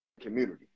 community